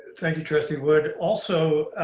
thank you, trustee wood. also,